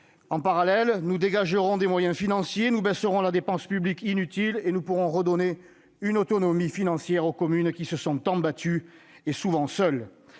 En parallèle, nous dégagerons des moyens financiers, nous baisserons la dépense publique inutile et nous pourrons redonner une autonomie financière aux communes qui se sont tant battues, et souvent seules.